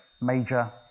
major